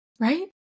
Right